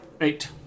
Eight